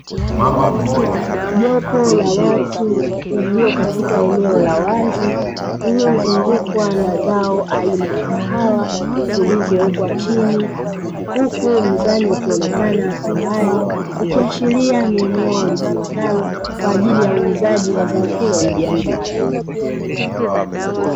Jopo la watu walio katika eneo la wazi, lililozungukwa na zao aina ya kahawa zilizowekwa chini, huku mnzani ukionekana kwa mbali, ikiashiria ni eneo litumikalo kwa ajili ya uuzaji wa zao hilo la biashara.